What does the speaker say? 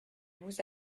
vous